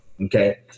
okay